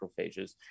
macrophages